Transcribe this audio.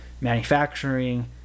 Manufacturing